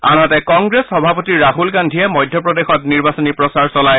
আনহাতে কংগ্ৰেছ সভাপতি ৰাহুল গান্ধীয়ে মধ্য প্ৰদেশত নিৰ্বাচনী প্ৰচাৰ চলায়